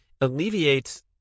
alleviates